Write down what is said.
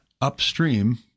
upstream